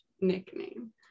nickname